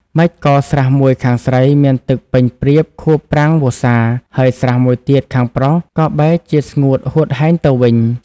ម៉េចក៏ស្រះមួយខាងស្រី មានទឹកពេញព្រៀបខួបប្រាំងវស្សា ហើយស្រះមួយទៀតខាងប្រុស ក៏បែរជាស្ងួតហួតហែងទៅវិញ ?